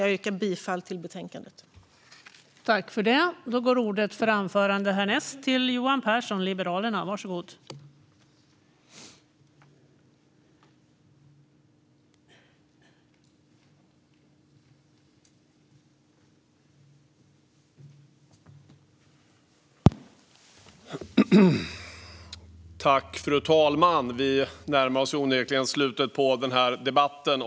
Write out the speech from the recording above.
Jag yrkar bifall till utskottets förslag.